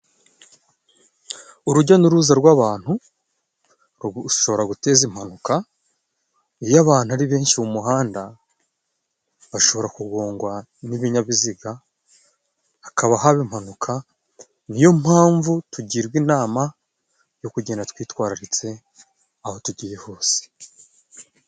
Urujya n'uruza rw'abantu, rushobora guteza impanuka iyo abantu ari benshi mu muhanda, bashobora kugongwa n'ibinyabiziga hakaba haba impanuka, ni yo mpamvu tugirwa inama yo kugenda twitwararitse aho tugiye hose.